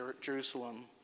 Jerusalem